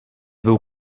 był